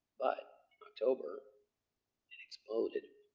but october it exploded.